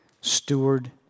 Steward